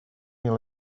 mil